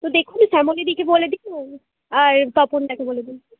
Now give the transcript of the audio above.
তো দেখুন শ্যামলীদিকে বলে দিন আর তপনদাকে বলে দিন